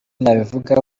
nabivugaho